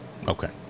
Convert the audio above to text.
Okay